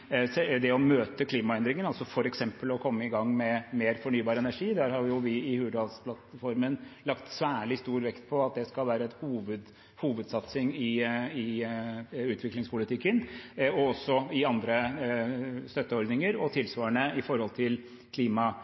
det å møte klimaendringene, altså f.eks. å komme i gang med mer fornybar energi. Der har vi i Hurdalsplattformen lagt særlig stor vekt på at det skal være en hovedsatsing i utviklingspolitikken, og også i andre støtteordninger, og tilsvarende i forhold til